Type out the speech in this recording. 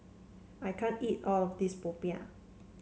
I can't eat all of this Popiah